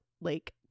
lake